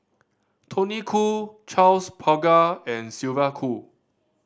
Tony Khoo Charles Paglar and Sylvia Kho